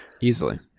easily